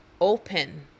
Open